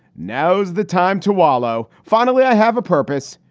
now's the time to wallow. finally, i have a purpose.